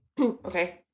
Okay